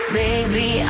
baby